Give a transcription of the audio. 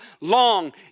long